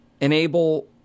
enable